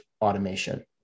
automation